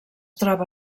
troba